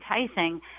enticing